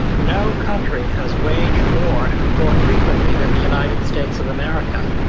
no country has waged war more frequently than the united states of america.